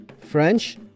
French